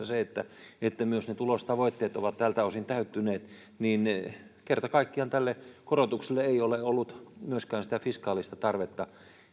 se että myös ne tulostavoitteet ovat tältä osin täyttyneet niin kerta kaikkiaan tälle korotukselle ei ole ollut myöskään fiskaalista tarvetta